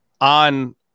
on